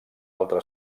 altre